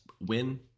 win